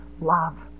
love